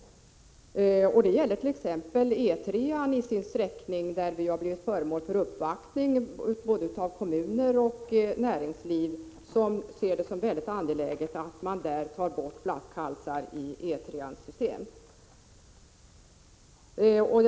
Det gäller t.ex. den sträckning av E 3 rörande vilken vi har blivit föremål för uppvaktning av kommuner och näringsliv. De ser det som mycket angeläget att flaskhalsar i E 3:ans system tas bort.